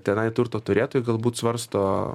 tenai turto turėtojų galbūt svarsto